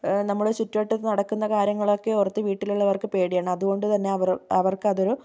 നമ്മുടെ ചുറ്റുവട്ടത്ത് നടക്കുന്ന കാര്യങ്ങളൊക്കെ ഓർത്ത് വീട്ടിലുള്ളവർക്ക് പേടിയാണ് അതുകൊണ്ട് തന്നെ അവർ അവർക്കതൊരു